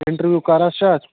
interview کَر حظ چھُ اتھ